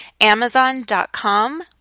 amazon.com